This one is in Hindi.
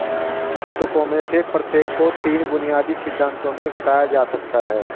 पुस्तकों में से प्रत्येक को तीन बुनियादी सिद्धांतों में घटाया जा सकता है